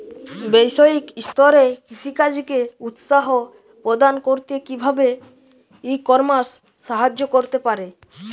বৈষয়িক স্তরে কৃষিকাজকে উৎসাহ প্রদান করতে কিভাবে ই কমার্স সাহায্য করতে পারে?